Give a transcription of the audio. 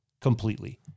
Completely